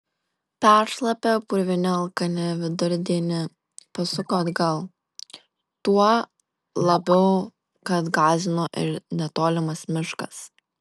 peršlapę purvini alkani vidurdienį pasuko atgal tuo labiau kad gąsdino ir netolimas miškas